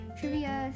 trivia